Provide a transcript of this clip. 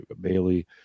Bailey